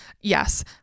Yes